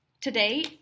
Today